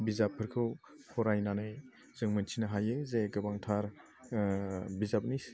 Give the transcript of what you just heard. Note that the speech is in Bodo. बिजाबफोरखौ फरायनानै जों मिनथिनो हायो जे गोबांथार बिजाबनि